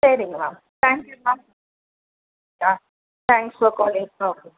சரிங்க ma'am thank you ma'am ah thanks for calling okay